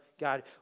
God